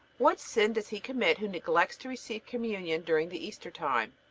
what sin does he commit who neglects to receive communion during the easter time?